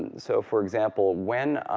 and so for example, when